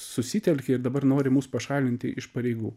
susitelkė ir dabar nori mus pašalinti iš pareigų